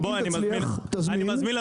אם אתה מצליח להזמין